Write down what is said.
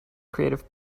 creative